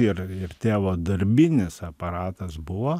ir ir tėvo darbinis aparatas buvo